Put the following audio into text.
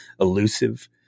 elusive